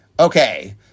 okay